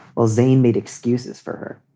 well, zane made excuses for her.